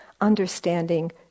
understanding